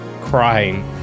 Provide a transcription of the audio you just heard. crying